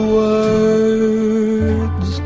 words